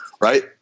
right